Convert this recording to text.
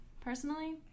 Personally